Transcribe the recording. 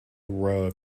rug